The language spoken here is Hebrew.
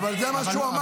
אבל זה מה שהוא אמר.